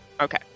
Okay